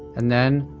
and then,